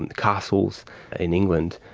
and castles in england,